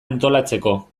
antolatzeko